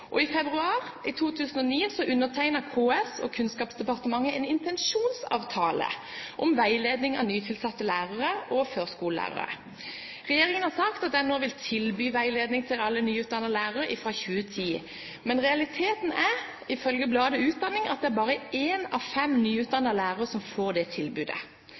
I februar i 2009 undertegnet KS og Kunnskapsdepartementet en intensjonsavtale om veiledning av nytilsatte lærere og førskolelærere. Regjeringen har sagt at den nå vil tilby veiledning til alle nyutdannede lærere fra 2010. Men realiteten er ifølge bladet Utdanning at det er bare én av fem nyutdannede lærere som får det tilbudet.